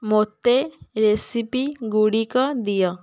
ମୋତେ ରେସିପି ଗୁଡ଼ିକ ଦିଅ